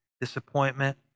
disappointment